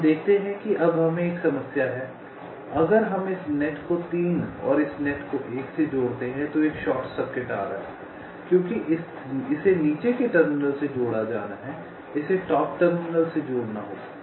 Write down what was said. हम देखते हैं कि अब हमें एक समस्या है अगर हम इस नेट को 3 और इस नेट को 1 से जोड़ते हैं तो एक शॉर्ट सर्किट आ रहा है क्योंकि इसे नीचे के टर्मिनल से जोड़ा जाना है इसे टॉप टर्मिनल से जोड़ना होगा